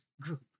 group